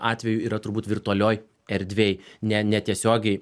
atvejų yra turbūt virtualioj erdvėj ne netiesiogiai